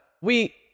We-